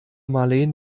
marleen